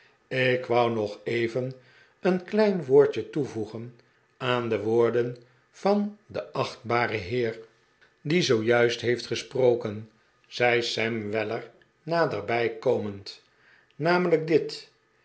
ik wou nog even een klein woordje toevoegen aan de woorden van den achtbaren heer die zoojuist heeft gesproken zei sam weller naderbij komend namelijk ben